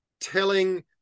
telling